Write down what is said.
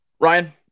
Ryan